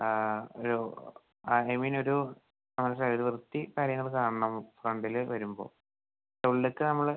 ആ ഒരു I mean ഒരു ഇപ്പോൾ മനസ്സിലായോ ഒര് വൃത്തി കാര്യങ്ങള് കാണണം ഫ്രണ്ടില് വരുമ്പോൾ ഉള്ളിലേക്ക് നമ്മള്